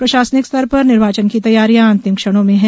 प्रशासनिक स्तर पर निर्वाचन की तैयारियां अंतिम क्षणों में है